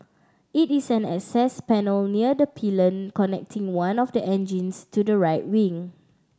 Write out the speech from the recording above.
it is an access panel near the pylon connecting one of the engines to the right wing